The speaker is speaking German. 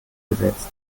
gesetzt